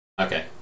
okay